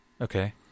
Okay